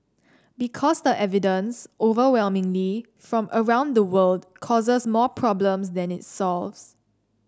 because the evidence overwhelmingly from around the world causes more problems than it solves